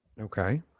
Okay